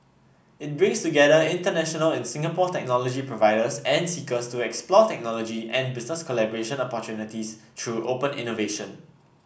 it brings together international and Singapore technology providers and seekers to explore technology and business collaboration opportunities through open innovation